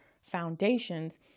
foundations